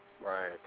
Right